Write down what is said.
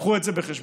קחו את זה בחשבון.